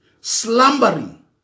slumbering